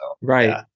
right